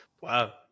wow